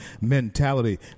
mentality